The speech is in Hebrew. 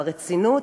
ברצינות,